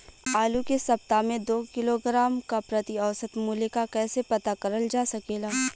आलू के सप्ताह में दो किलोग्राम क प्रति औसत मूल्य क कैसे पता करल जा सकेला?